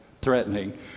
threatening